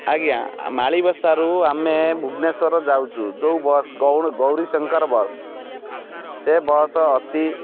ଆଜ୍ଞା ମାଳୀବସାରୁ ଆମେ ଭୁବନେଶ୍ୱର ଯାଉଛୁ ଯେଉଁ ବସ୍ ଗୌରୀ ଗୌରୀଶଙ୍କର ବସ୍ ସେ ବସ୍ ଅତି